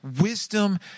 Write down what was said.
wisdom